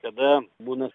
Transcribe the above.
kada būna